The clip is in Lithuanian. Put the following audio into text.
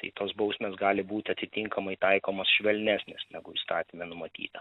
tai tos bausmės gali būti atitinkamai taikomos švelnesnės negu įstatyme numatyta